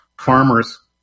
farmers